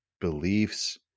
beliefs